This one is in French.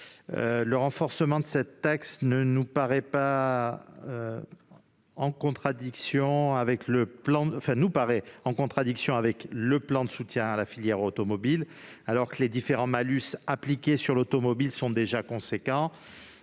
tel renforcement de la taxe paraît en contradiction avec le plan de soutien à la filière automobile. Alors que les différents malus appliqués à l'automobile sont déjà importants,